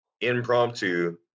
impromptu